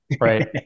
right